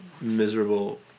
miserable